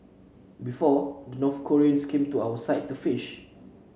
before the North Koreans came to our side to fish